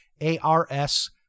A-R-S